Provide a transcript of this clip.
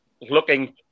looking